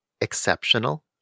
exceptional